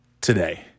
today